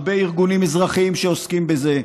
וגם הרבה ארגונים אזרחיים עוסקים בזה.